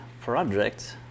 project